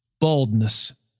baldness